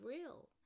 real